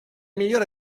migliore